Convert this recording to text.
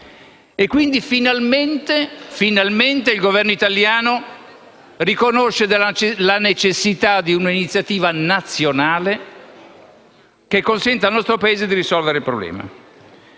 Quindi finalmente il Governo italiano riconosce la necessità di un'iniziativa nazionale che consenta al nostro Paese di risolvere il problema.